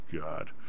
God